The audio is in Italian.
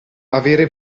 avere